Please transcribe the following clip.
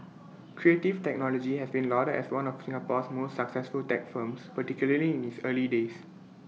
Creative Technology has been lauded as one of Singapore's most successful tech firms particularly in its early days